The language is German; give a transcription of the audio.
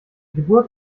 geburt